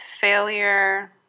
failure